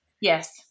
Yes